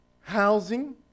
housing